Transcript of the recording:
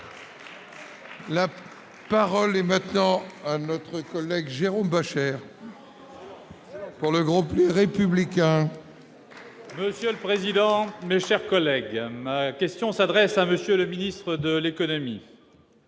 Paroles et maintenant notre collègue Jérôme Bosch. Pour le groupe républicain. Monsieur le président, mais, chers collègues, ma question s'adresse à monsieur le ministre de l'économie.